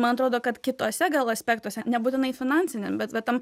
man atrodo kad kituose gal aspektuose nebūtinai finansiniam bet va tam